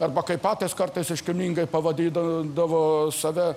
arba kaip patys kartais iškilmingai pavadindavo save